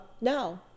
no